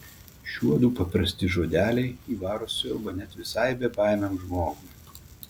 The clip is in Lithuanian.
šiuodu paprasti žodeliai įvaro siaubą net visai bebaimiam žmogui